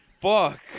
fuck